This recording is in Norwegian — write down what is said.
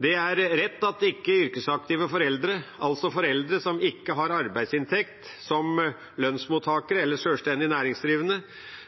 Det er rett at ikke-yrkesaktive foreldre, altså foreldre som ikke har arbeidsinntekt som lønnsmottakere eller sjølstendig næringsdrivende,